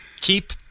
Keep